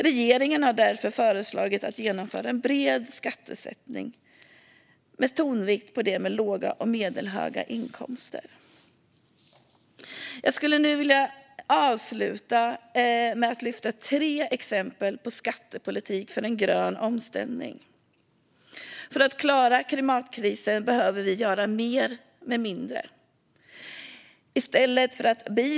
Regeringen har därför föreslagit en bred skattesänkning med tonvikt på personer med låga och medelhöga inkomster. Jag skulle nu vilja avsluta med att lyfta fram tre exempel på skattepolitik för en grön omställning. För att klara klimatkrisen behöver vi göra mer med mindre. Bilen är ett bra exempel.